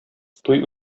туй